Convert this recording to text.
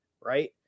right